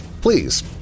please